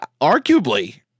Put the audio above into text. arguably